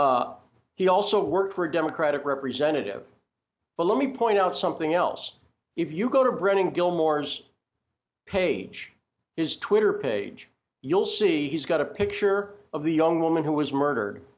he also worked for a democratic representative but let me point out something else if you go to browning gilmore's page his twitter page you'll see he's got a picture of the young woman who was murdered